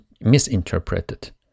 misinterpreted